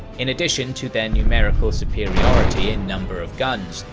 in addition to their numerical superiority in number of guns,